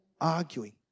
arguing